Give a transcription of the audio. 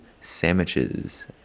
sandwiches